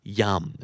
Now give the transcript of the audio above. yum